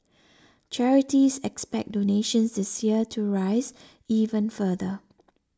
charities expect donations this year to rise even further